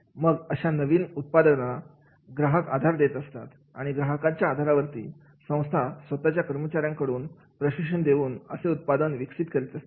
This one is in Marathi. मग अशा नवीन उत्पादनाला ग्राहक आधार देत असतात आणि ग्राहकाच्या आधारावरती संस्था स्वतःच्या कर्मचाऱ्यांकडून प्रशिक्षण देऊन असे उत्पादन विकसित करीत असते